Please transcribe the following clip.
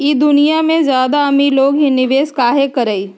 ई दुनिया में ज्यादा अमीर लोग ही निवेस काहे करई?